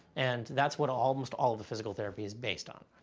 and that's what almost all of the physical therapy is based on.